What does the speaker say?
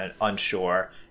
unsure